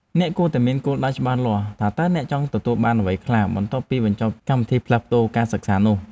អ្នកគួរតែមានគោលដៅច្បាស់លាស់ថាតើអ្នកចង់ទទួលបានអ្វីខ្លះបន្ទាប់ពីបញ្ចប់កម្មវិធីផ្លាស់ប្តូរការសិក្សានោះ។